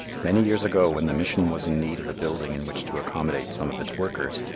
many years ago when the mission was in need of a building in which to accommodate some of its workers,